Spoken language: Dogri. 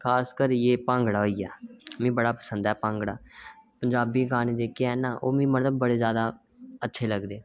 खास करियै एह् भांगड़ा होई गेआ मिगी बड़ा पसंद ऐ पंजाबी गाने जेह्ड़े ऐ न ओह् मतलब मिगी बडे जैदा शैल लगदे